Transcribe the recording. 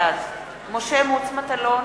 בעד משה מטלון,